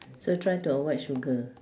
so try to avoid sugar